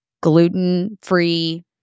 gluten-free